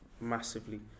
massively